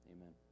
Amen